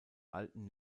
alten